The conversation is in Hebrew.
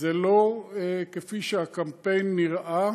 זה לא כפי שהקמפיין נראה.